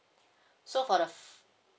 so for the